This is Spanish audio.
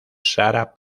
sarah